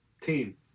Team